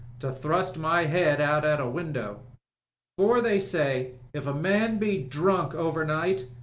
to thrust my head out at a window for they say, if a man be drunk over night,